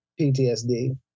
PTSD